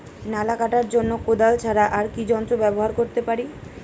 নালা কাটার জন্য কোদাল ছাড়া আর কি যন্ত্র ব্যবহার করতে পারি?